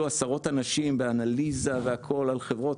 עשרות אנשים באנליזה על חברות והכל,